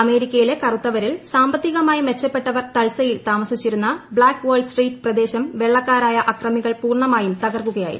അമേരിക്കയിലെ കറുത്തവരിൽ സ്ടാബിത്തികമായി മെച്ചപ്പെട്ടവർ തൾസയിൽ താമസ്കിച്ചിരു്ന്ന ബ്ലാക്ക് വാൾസ് ട്രീറ്റ് പ്രദേശം വെള്ളക്കാരായി അക്രമികൾ പൂർണമായും തകർക്കുകയായിരുന്നു